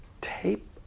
tape